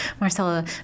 Marcella